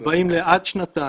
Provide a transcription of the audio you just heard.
הם באים לעד שנתיים.